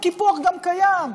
וקיפוח גם קיים,